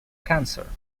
cancer